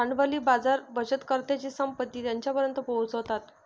भांडवली बाजार बचतकर्त्यांची संपत्ती त्यांच्यापर्यंत पोहोचवतात